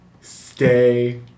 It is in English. stay